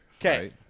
Okay